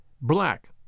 black